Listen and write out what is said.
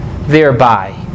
thereby